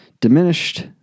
diminished